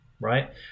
right